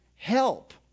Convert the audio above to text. help